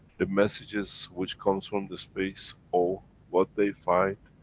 the messages, which comes from the space. or what they find.